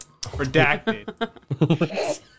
redacted